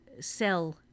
sell